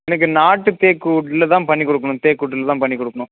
எனக்கு நாட்டுத் தேக்கு வுட்டில் தான் பண்ணிக் கொடுக்கணும் தேக்கு வுட்டில் தான் பண்ணிக் கொடுக்கணும்